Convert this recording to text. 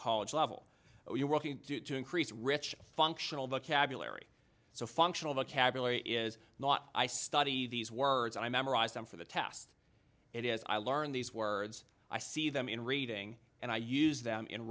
college level but we're working to increase rich functional vocabulary so functional vocabulary is not i study these words i memorized them for the test it is i learn these words i see them in reading and i use them in